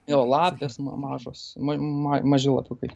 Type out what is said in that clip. jo lapės ma mažos ma ma maži lapiukai